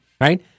right